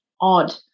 odd